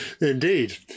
Indeed